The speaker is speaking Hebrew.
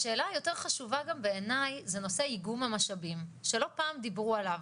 השאלה היותר חשובה גם בעיני זה נושא איגום המשאבים שלא פעם דיברו עליו,